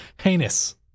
Heinous